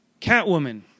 catwoman